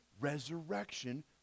resurrection